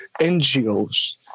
NGOs